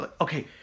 okay